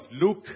Luke